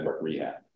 rehab